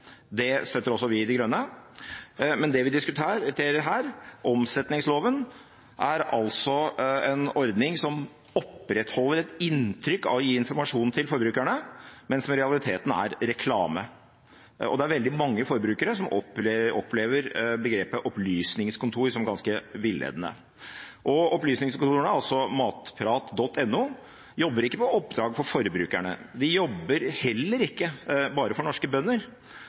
Det støtter også vi i Miljøpartiet De Grønne, men det vi diskuterer her, omsetningsloven, er en ordning som opprettholder et inntrykk av å gi informasjon til forbrukerne, men som i realiteten er reklame. Det er veldig mange forbrukere som opplever begrepet «opplysningskontor» som ganske villedende: Opplysningskontoret – altså matprat.no – jobber ikke på oppdrag fra forbrukerne, det jobber heller ikke bare for norske bønder,